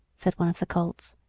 said one of the colts.